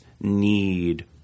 need